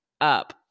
up